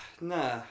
nah